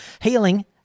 Healing